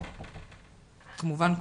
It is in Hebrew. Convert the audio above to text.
כמובן,